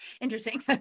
interesting